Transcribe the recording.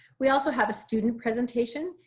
we also have a student presentation.